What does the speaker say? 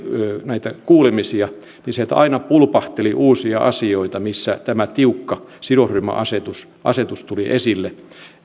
näitä kuulemisia että sieltä aina pulpahtelee uusia asioita missä tämä tiukka sidosryhmäasetus tulee esille